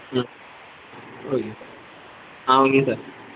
ம் okay sir ஆ okay sir